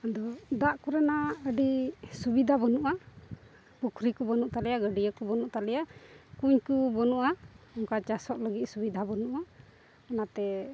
ᱟᱫᱚ ᱫᱟᱜ ᱠᱚᱨᱮᱱᱟᱜ ᱟᱹᱰᱤ ᱥᱩᱵᱤᱫᱟ ᱵᱟᱹᱱᱩᱜᱼᱟ ᱯᱩᱠᱷᱩᱨᱤ ᱠᱚ ᱵᱟᱹᱱᱩᱜ ᱛᱟᱞᱮᱭᱟ ᱜᱟᱹᱰᱭᱟ ᱠᱚ ᱵᱟᱹᱱᱩᱜ ᱛᱟᱞᱮᱭᱟ ᱠᱩᱧ ᱠᱚ ᱵᱟᱹᱱᱩᱜᱼᱟ ᱚᱱᱠᱟ ᱪᱟᱥᱚᱜ ᱞᱟᱹᱜᱤᱫ ᱥᱩᱵᱤᱫᱟ ᱰᱟᱹᱱᱩᱜᱼᱟ ᱚᱱᱟᱛᱮ